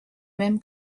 même